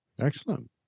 Excellent